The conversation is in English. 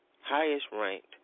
highest-ranked